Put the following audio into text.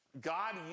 God